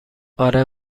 آره